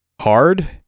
Hard